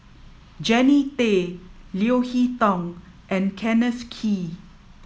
Jannie Tay Leo Hee Tong and Kenneth Kee